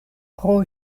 pro